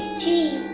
g